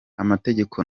amategeko